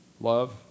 love